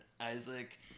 Isaac